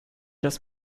das